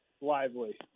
lively